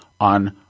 on